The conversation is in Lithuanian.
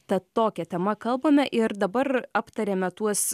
tad tokia tema kalbame ir dabar aptarėme tuos